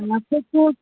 नफे फूट